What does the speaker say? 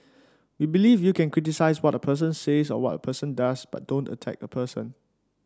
we believe you can criticise what a person says or what a person does but don't attack a person